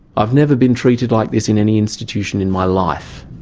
i've never been treated like this in any institution in my life.